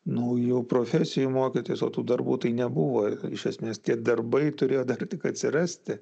naujų profesijų mokytis o tų darbų tai nebuvo iš esmės tie darbai turėjo dar tik atsirasti